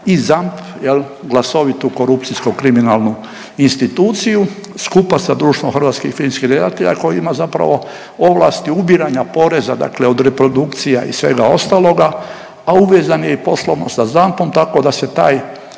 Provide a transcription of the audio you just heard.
i ZAMP, jel glasovitu korupcijsko kriminalnu instituciju skupa sa društvom Hrvatskih filmskih redatelja koji ima zapravo ovlasti ubiranja poreza dakle od reprodukcija i svega ostaloga, a uvezan je i poslovno sa ZAMP-om tako da se taj